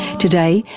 today,